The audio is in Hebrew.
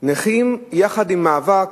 נכים יחד עם מאבק,